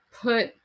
put